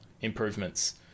improvements